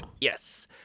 yes